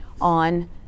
on